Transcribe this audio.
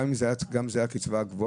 גם אם זה היה הקצבה הגבוהה?